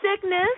sickness